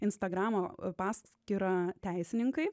instagramo paskyra teisininkai